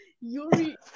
Yuri